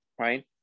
right